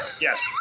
Yes